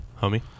homie